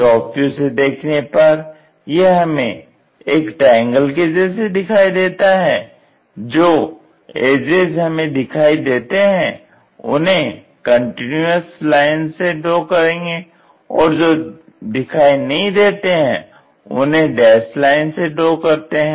top view से देखने पर यह हमें एक ट्रायंगल के जैसे दिखाई देता है जो एजेज़ हमें दिखाई देते हैं उन्हें कंटिन्यूज लाइन से ड्रॉ करेंगे और जो दिखाई नहीं देते हैं उन्हें डैस्ड लाइन से ड्रॉ करते हैं